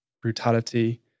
Brutality